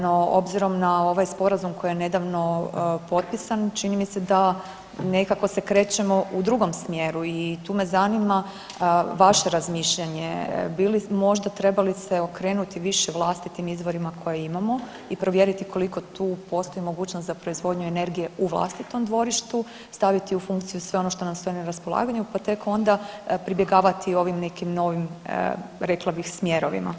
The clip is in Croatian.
No obzirom na ovaj sporazum koji je nedavno potpisan čini mi se da nekako se krećemo u drugom smjeru i tu me zanima vaše razmišljanje bi li možda trebali se okrenuti više vlastitim izvorima koje imamo i provjeriti koliko tu postoji mogućnost za proizvodnju energije u vlastitom dvorištu, staviti u funkciju sve ono što nam stoji na raspolaganju, pa tek onda pribjegavati ovim nekim novim rekla bih smjerovima.